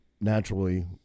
naturally